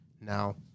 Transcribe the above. Now